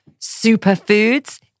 superfoods